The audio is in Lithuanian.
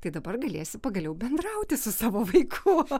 tai dabar galėsi pagaliau bendrauti su savo vaiku